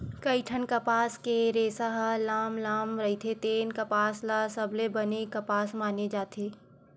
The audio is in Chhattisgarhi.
कइठन कपसा के रेसा ह लाम लाम रहिथे तेन कपसा ल सबले बने कपसा माने जाथे